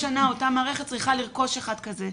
כל שנה אותה מערכת צריכה לרכוש אחד כזה.